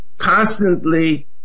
Constantly